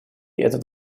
этот